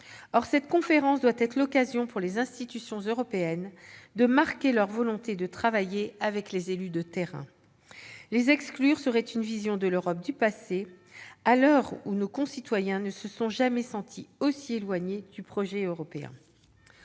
Or cette conférence doit être l'occasion, pour les institutions européennes, de marquer leur volonté de travailler avec les élus de terrain. Les exclure relèverait d'une vision de l'Europe dépassée, à l'heure où nos concitoyens ne se sont jamais sentis aussi éloignés du projet européen.